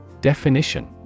Definition